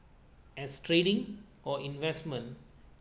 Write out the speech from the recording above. as trading or investment